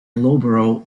loughborough